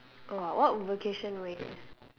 oh !wah! what vocation were you in